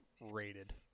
rated